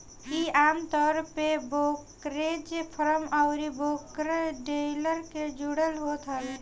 इ आमतौर पे ब्रोकरेज फर्म अउरी ब्रोकर डीलर से जुड़ल होत हवे